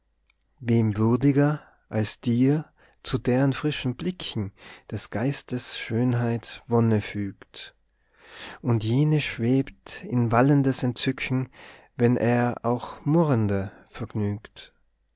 wem würdiger als dir zu deren frischen blicken des geistes schönheit wonne fügt und jene schwebt in wallendes entzücken wenn er auch murrende vergnügt